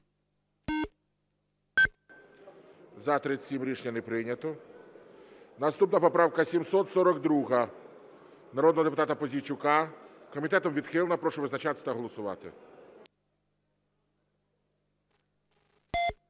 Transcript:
За-37 Рішення не прийнято. Наступна поправка 742 народного депутата Пузійчука. Комітетом відхилена. Прошу визначатися та голосувати.